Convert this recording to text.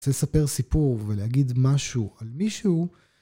אני רוצה לספר סיפור ולהגיד משהו על מישהו.